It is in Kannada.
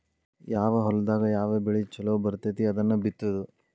ಯಾವ ಹೊಲದಾಗ ಯಾವ ಬೆಳಿ ಚುಲೊ ಬರ್ತತಿ ಅದನ್ನ ಬಿತ್ತುದು